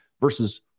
versus